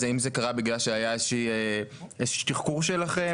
אז האם זה קרה בגלל שהיה איזה שהוא תחקור שלכם?